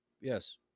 yes